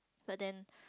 but then